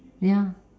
ya